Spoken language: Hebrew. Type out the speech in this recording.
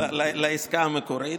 כספיח לעסקה המקורית.